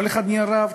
כל אחד נהיה רב?